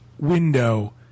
Window